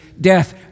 death